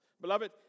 Beloved